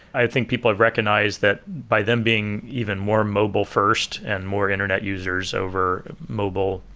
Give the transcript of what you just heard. i think people have recognized that by them being even more mobile first and more internet users over mobile,